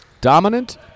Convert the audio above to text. Dominant